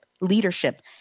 leadership